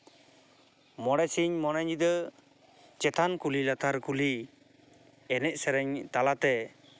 ᱢᱚᱬᱮ ᱥᱤᱧ ᱢᱚᱬ ᱧᱤᱫᱟᱹ ᱪᱮᱛᱟᱱ ᱠᱩᱞᱦᱤ ᱞᱟᱛᱟᱨ ᱠᱩᱞᱦᱤ ᱮᱱᱮᱡ ᱥᱮᱨᱮᱧ ᱛᱟᱞᱟᱛᱮ